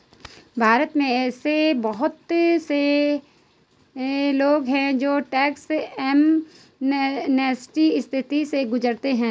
भारत में ऐसे बहुत से लोग हैं जो टैक्स एमनेस्टी स्थितियों से गुजरते हैं